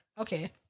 Okay